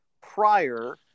prior